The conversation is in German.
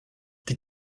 die